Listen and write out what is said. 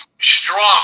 strong